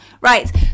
Right